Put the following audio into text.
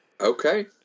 Okay